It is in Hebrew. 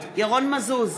אינה נוכחת ירון מזוז,